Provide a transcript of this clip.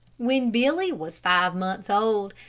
when billy was five months old,